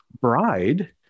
bride